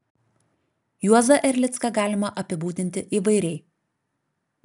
juozą erlicką galima apibūdinti įvairiai